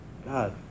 God